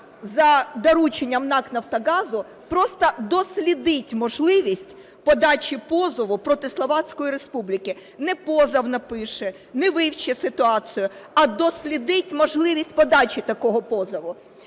за дорученням НАК "Нафтогазу" просто дослідить можливість подачі позову проти Словацької Республіки. Не позов напише, не вивчить ситуацію, а дослідить можливість подачі такого позову.